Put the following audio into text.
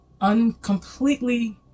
uncompletely